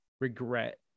regret